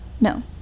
No